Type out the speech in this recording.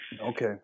Okay